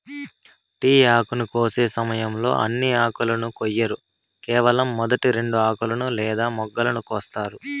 tea ఆకును కోసే సమయంలో అన్ని ఆకులను కొయ్యరు కేవలం మొదటి రెండు ఆకులను లేదా మొగ్గలను కోస్తారు